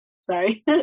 Sorry